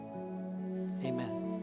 Amen